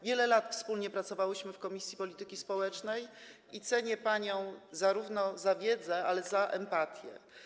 Wiele lat wspólnie pracowałyśmy w komisji polityki społecznej i cenię panią zarówno za wiedzę, jak i za empatię.